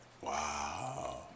Wow